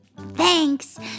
Thanks